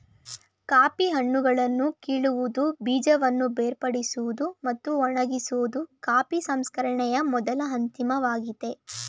coffee ಹಣ್ಣುಗಳನ್ನು ಕೀಳುವುದು ಬೀಜವನ್ನು ಬೇರ್ಪಡಿಸೋದು ಮತ್ತು ಒಣಗಿಸೋದು ಕಾಫಿ ಸಂಸ್ಕರಣೆಯ ಮೊದಲ ಹಂತವಾಗಯ್ತೆ